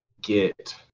get